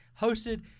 hosted